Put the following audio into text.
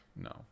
No